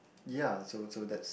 ya so so that's